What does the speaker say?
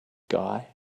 guy